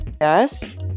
yes